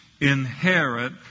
inherit